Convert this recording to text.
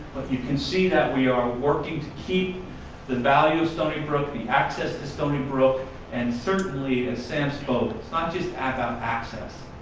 but you can see that we are working to keep the value of stony brook, the access to stony brook and certainly, as sam spoke, it's not just about access.